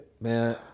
man